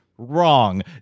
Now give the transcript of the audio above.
Wrong